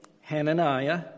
Hananiah